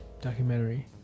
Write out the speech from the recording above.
documentary